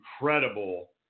incredible